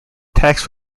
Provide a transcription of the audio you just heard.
tax